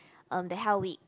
um the hell week